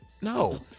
no